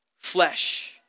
flesh